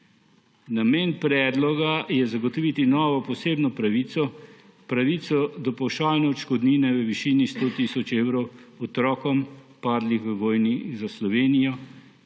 Namen predloga je zagotoviti novo, posebno pravico, pravico do pavšalne odškodnine v višini 100 tisoč evrov otrokom padlih v vojni za Slovenijo